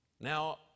Now